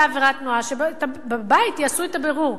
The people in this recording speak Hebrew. היתה עבירת תנועה, ובבית יעשו את הבירור.